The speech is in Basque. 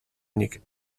nik